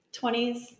20s